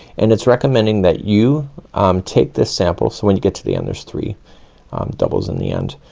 and it's recommending that you um take this sample. so when you get to the end, there's three um doubles in the end.